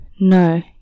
no